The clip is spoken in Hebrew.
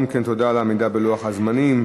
גם כן תודה על עמידה בלוח הזמנים.